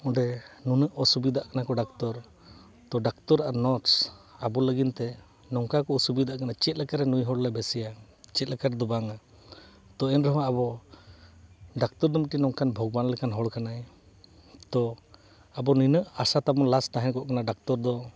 ᱚᱸᱰᱮ ᱱᱩᱱᱟᱹᱜ ᱚᱥᱩᱵᱤᱫᱷᱟᱜ ᱠᱟᱱᱟ ᱠᱚ ᱰᱟᱠᱛᱚᱨ ᱛᱚ ᱰᱟᱠᱛᱚᱨ ᱟᱨ ᱱᱟᱨᱥ ᱟᱵᱚ ᱞᱟᱹᱜᱤᱫ ᱛᱮ ᱱᱚᱝᱠᱟ ᱠᱚ ᱚᱥᱩᱵᱤᱫᱷᱟᱜ ᱠᱟᱱᱟ ᱪᱮᱫ ᱞᱮᱠᱟᱨᱮ ᱱᱩᱭ ᱦᱚᱲ ᱞᱮ ᱵᱮᱥᱮᱭᱟ ᱪᱮᱫ ᱞᱮᱠᱟ ᱨᱮᱫᱚ ᱵᱟᱝᱟ ᱮᱱ ᱨᱮᱦᱚᱸ ᱟᱵᱚ ᱰᱟᱠᱛᱚᱨ ᱫᱚ ᱢᱤᱫᱴᱤᱱ ᱵᱷᱚᱜᱚᱵᱟᱱ ᱞᱮᱠᱟᱱ ᱦᱚᱲ ᱠᱟᱱᱟᱭ ᱛᱚ ᱟᱵᱚ ᱱᱤᱱᱟᱹᱜ ᱟᱥᱟ ᱛᱟᱵᱚᱱ ᱞᱟᱥᱴ ᱛᱟᱦᱮᱲᱱ ᱠᱚᱜ ᱠᱟᱱᱟ ᱰᱟᱠᱛᱚᱨ ᱫᱚ